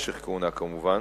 משך הכהונה, כמובן,